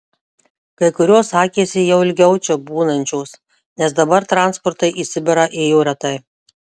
kai kurios sakėsi jau ilgiau čia būnančios nes dabar transportai į sibirą ėjo retai